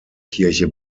kirche